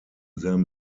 them